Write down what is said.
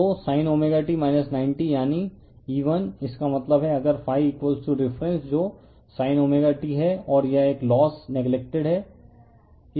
तो sin ω t 90 यानी E1 इसका मतलब है अगर ∅ रिफ़रेंस जो sin ω t है और यह एक लोस नेग्लेक्टेड है